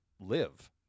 live